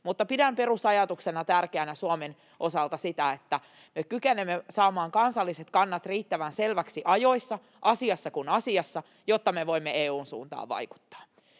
Mutta pidän perusajatuksena tärkeänä Suomen osalta sitä, että me kykenemme saamaan kansalliset kannat riittävän selviksi ajoissa asiassa kuin asiassa, jotta me voimme EU:n suuntaan vaikuttaa.